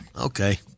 Okay